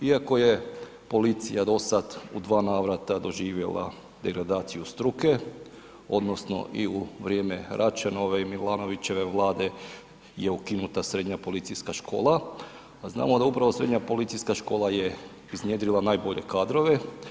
Iako je policija do sada u dva navrata doživjala degradaciju struke, odnosno i u vrijeme Račanove i Milanovićeve Vlade je ukinuta Srednja policijska škola a znamo da upravo Srednja policijska škola je iznjedrila najbolje kadrove.